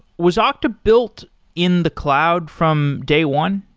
was okta built in the cloud from day one?